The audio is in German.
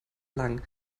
lang